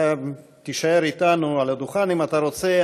תישאר אתנו על הדוכן, אם אתה רוצה.